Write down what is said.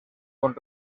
con